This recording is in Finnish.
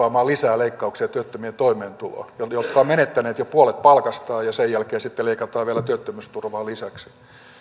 keskittyy kaipaamaan lisää leikkauksia työttömien toimeentuloon he ovat menettäneet jo puolet palkastaan ja sen jälkeen sitten leikataan vielä työttömyysturvaa lisäksi